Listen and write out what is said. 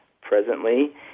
presently